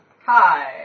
Hi